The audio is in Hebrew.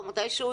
או מתי שהוא,